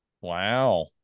Wow